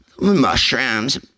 Mushrooms